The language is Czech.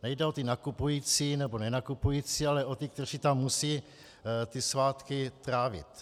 Nejde o ty nakupující nebo nenakupující, ale o ty, kteří tam musí ty svátky trávit.